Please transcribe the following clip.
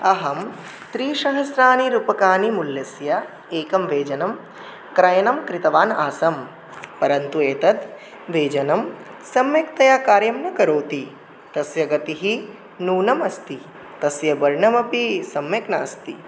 अहं त्रिसहस्राणि रूप्यकाणि मूल्यस्य एकं व्यजनं क्रयणं कृतवान् आसं परन्तु एतत् व्यजनं सम्यक्तया कार्यं न करोति तस्य गतिः न्यूना अस्ति तस्य वर्णमपि सम्यक् नास्ति